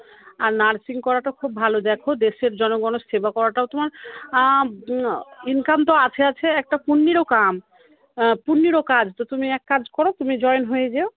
আর nursing করাটা খুব ভালো দেখো দেশের জনগণের সেবা করাটাও তোমার ইনকাম তো আছে আছে একটা পুণ্যিরও কাম পুণ্যিরও কাজ তো তুমি এক কাজ করো তুমি জয়েন হয়ে যেয়ো